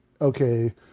okay